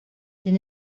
din